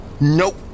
Nope